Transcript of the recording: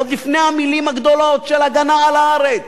עוד לפני המלים הגדולות של הגנה על הארץ,